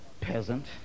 Peasant